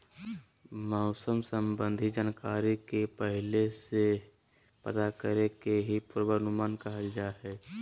मौसम संबंधी जानकारी के पहले से पता करे के ही पूर्वानुमान कहल जा हय